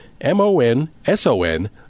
M-O-N-S-O-N